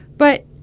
but,